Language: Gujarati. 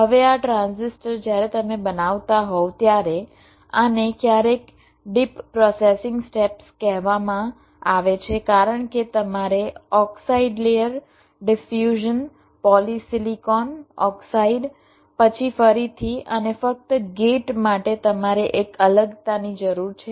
હવે આ ટ્રાન્ઝિસ્ટર જ્યારે તમે બનાવતા હોવ ત્યારે આને ક્યારેક ડીપ પ્રોસેસિંગ સ્ટેપ્સ કહેવામાં આવે છે કારણ કે તમારે oxide layer diffusion polysilicon oxide પછી ફરીથી અને ફક્ત ગેટ માટે તમારે એક અલગતાની જરૂર છે